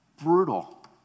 brutal